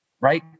right